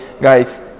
guys